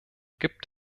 gibt